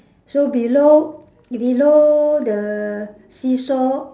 so below below the seesaw